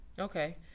Okay